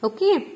Okay